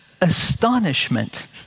astonishment